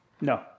No